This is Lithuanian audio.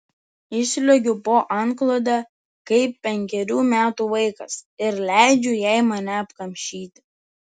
įsliuogiu po antklode kaip penkerių metų vaikas ir leidžiu jai mane apkamšyti